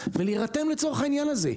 ולהירתם לצורך העניין הזה.